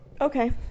Okay